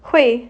会